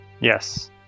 yes